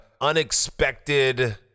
unexpected